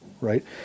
right